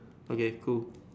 okay cool